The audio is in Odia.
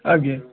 ଆଜ୍ଞା